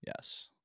Yes